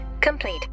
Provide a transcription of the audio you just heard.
complete